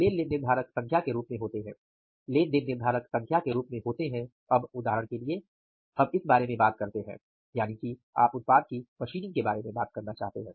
लेन देन निर्धारक संख्या के रूप में होते हैं लेन देन निर्धारक संख्या के रूप में होते हैं अब उदाहरण के लिए हम इस बारे में बात करते हैं यानि कि आप उत्पाद के मशीनिंग के बारे में बात करना चाहते हैं